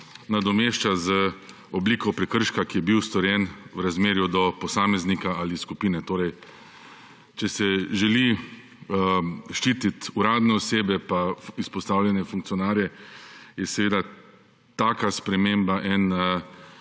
nadomešča z obliko prekrška, ki je bil storjen v razmerju do posameznika ali skupine. Torej, če se želi ščititi uradne osebe pa izpostavljati funkcionarje, je seveda taka sprememba en